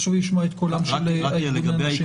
חשוב לשמוע את קולם של ארגוני הנשים.